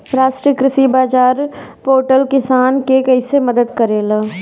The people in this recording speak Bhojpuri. राष्ट्रीय कृषि बाजार पोर्टल किसान के कइसे मदद करेला?